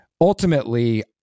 ultimately